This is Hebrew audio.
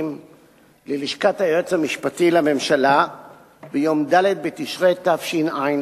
ללשכת היועץ המשפטי לממשלה ביום ד' בתשרי תשע"א,